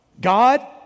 God